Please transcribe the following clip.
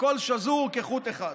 הכול שזור כחוט אחד.